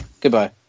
Goodbye